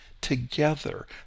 together